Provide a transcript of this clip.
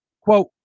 Quote